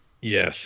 Yes